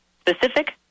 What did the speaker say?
specific